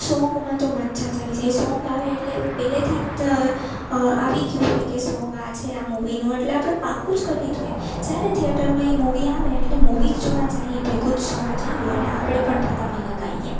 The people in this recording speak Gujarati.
સોંગમાં તો મજ્જા જ આવી એ સોંગ આવે એટલે પહેલેથી જ આવી ગયું હોય કે સોંગ છે આ મૂવીનું એટલે આપણે પાક્કું જ કરી લીધું હોય જયારે થિએટરમાં એ મુવી આવે એટલે મૂવીઝ જોવા જઈએ ભેગુ જ સોંગ ચાલુ અને આપણે પણ ભેગા ભેગા ગાઈએ